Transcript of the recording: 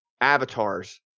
avatars